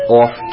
off